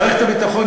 מערכת הביטחון,